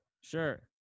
Sure